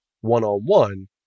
one-on-one